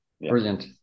brilliant